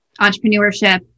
entrepreneurship